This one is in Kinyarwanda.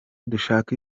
dushaka